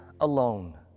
alone